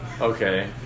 Okay